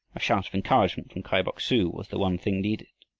a shout of encouragement from kai bok-su was the one thing needed.